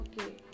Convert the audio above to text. okay